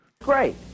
Great